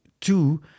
two